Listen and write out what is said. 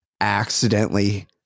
accidentally